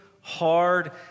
hard